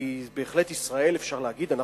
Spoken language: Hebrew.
כי בהחלט אפשר להגיד שאנחנו,